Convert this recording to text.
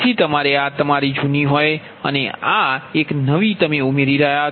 તેથી જ્યારે આ તમારી જૂની હોય અને તમે એક નવી તમે ઉમેરી રહ્યા છો